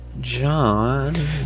John